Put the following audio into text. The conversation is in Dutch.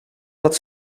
dat